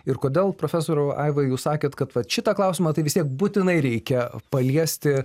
ir kodėl profesoriau aiva jūs sakėt kad vat šitą klausimą tai vis tiek būtinai reikia paliesti